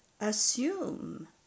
assume